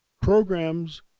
programs